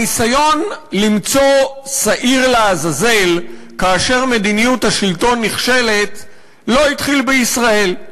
הניסיון למצוא שעיר לעזאזל כאשר מדיניות השלטון נכשלת לא התחיל בישראל.